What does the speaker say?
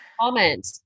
Comment